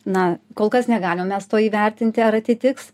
na kol kas negalim mes to įvertinti ar atitiks